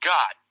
God